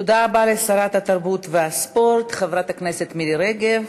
תודה רבה לשרת התרבות והספורט חברת הכנסת מירי רגב.